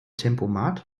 tempomat